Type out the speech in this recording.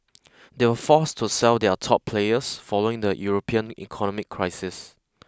they were forced to sell their top players following the European economic crisis